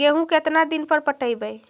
गेहूं केतना दिन पर पटइबै?